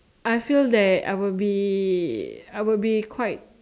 I feel that I will be I will be quite